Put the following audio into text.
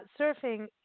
surfing